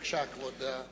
בבקשה, כבוד סגן השר.